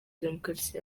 demokarasi